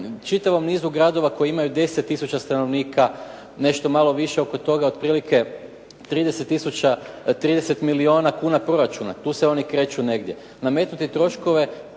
čitavom nizu gradova koji imaju 10 tisuća stanovnika, nešto malo više oko toga otprilike 30 tisuća, 30 milijuna kuna proračuna, tu se oni kreću negdje, nametnuti troškove